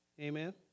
Amen